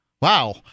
Wow